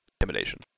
intimidation